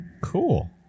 Cool